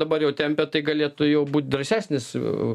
dabar jau tempia tai galėtų jau būti drąsesnis